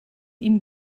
ihm